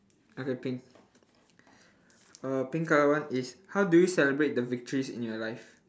okay pink uh pink colour one is how do you celebrate the victories in your life